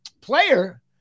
player